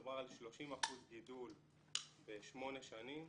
מדובר על 30% גידול בשמונה שנים,